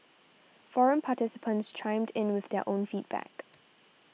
forum participants chimed in with their own feedback